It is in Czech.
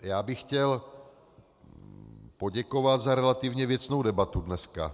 Já bych chtěl poděkovat za relativně věcnou debatu dneska.